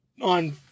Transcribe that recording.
on